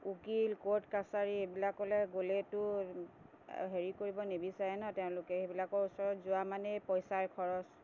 উকীল কোৰ্ট কাছাৰী এইবিলাকলে গ'লেতো হেৰি কৰিব নিবিচাৰে ন তেওঁলোকে সেইবিলাকৰ ওচৰত যোৱা মানেই পইচাৰ খৰচ